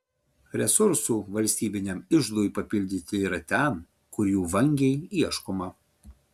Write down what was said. resursų valstybiniam iždui papildyti yra ten kur jų vangiai ieškoma